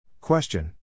Question